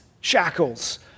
shackles